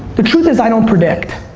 the truth is i don't predict.